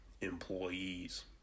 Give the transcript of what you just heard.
employees